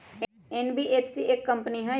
NBFC एक company हई?